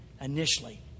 initially